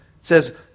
says